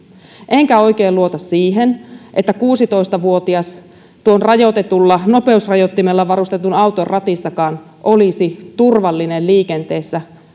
enkä oikein luota siihen että kuusitoista vuotias tuon nopeusrajoittimella varustetun auton ratissakaan olisi turvallinen liikenteessä